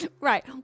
Right